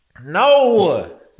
No